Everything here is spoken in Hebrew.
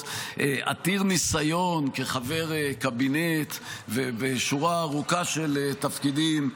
------- עתיר ניסיון כחבר קבינט ובשורה ארוכה של תפקידים,